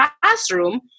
classroom